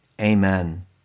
Amen